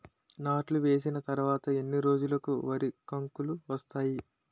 నాట్లు వేసిన తర్వాత ఎన్ని రోజులకు వరి కంకులు వస్తాయి?